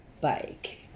bike